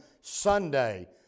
Sunday